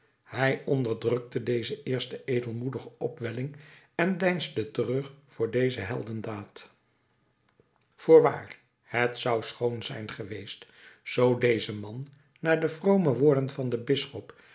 hij onderdrukte deze eerste edelmoedige opwelling en deinsde terug voor deze heldendaad voorwaar het zou schoon zijn geweest zoo deze man na de vrome woorden van den bisschop